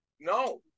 No